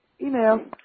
Email